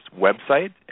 website